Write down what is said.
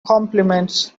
compliments